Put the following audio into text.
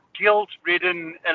guilt-ridden